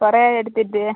കുറേയായി എടുത്തിട്ട്